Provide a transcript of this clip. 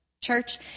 church